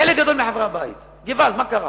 חלק גדול מחברי הבית, געוואלד, מה קרה?